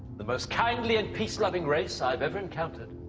the most kindly and peace-loving race i've ever encountered,